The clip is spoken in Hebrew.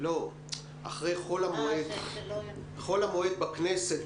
בחול המועד בכנסת,